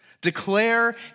Declare